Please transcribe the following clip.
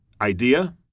idea